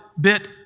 bit